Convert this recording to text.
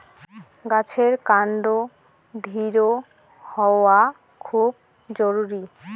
গাছের কান্ড দৃঢ় হওয়া খুব জরুরি